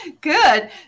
Good